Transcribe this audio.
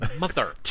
mother